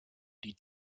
die